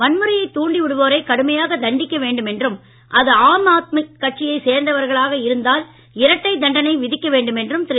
வன்முறையை தூண்டிவிடுவோரை கடுமையாக தண்டிக்க வேண்டும் என்றும் அது ஆம் ஆத்மி கட்சியை சேர்ந்தவராக இருந்தால் இரட்டை தண்டளை விதிக்க வேண்டும் என்றும் திரு